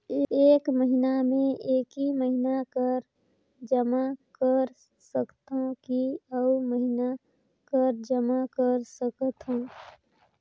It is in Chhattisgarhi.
एक महीना मे एकई महीना कर जमा कर सकथव कि अउ महीना कर जमा कर सकथव?